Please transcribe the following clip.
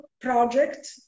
project